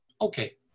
Okay